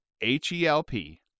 H-E-L-P